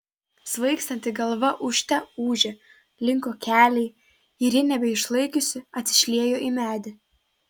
svaigstanti galva ūžte ūžė linko keliai ir ji nebeišlaikiusi atsišliejo į medį